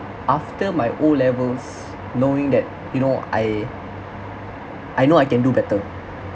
after my O levels knowing that you know I I know I can do better